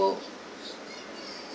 ~o